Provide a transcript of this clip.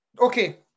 okay